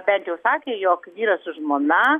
bent jau sakė jog vyras su žmona